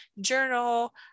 journal